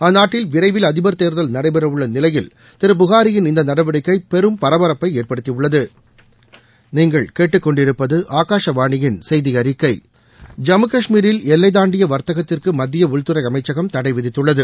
அந்நாட்டில் விரைவில் அதிபர் தேர்தல் நடைபெறவுள்ள நிலையில் திரு புகாரியின் இந்த நடவடிக்கை பெரும் பரபரப்பை ஏற்படுத்தியுள்ளது ஜம்மு கஷ்மீரில் எல்லை தாண்டிய வர்த்தகத்திற்கு மத்திய உள்துறை அமைச்சகம் தடை விதித்துள்ளது